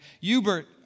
Hubert